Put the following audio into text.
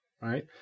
right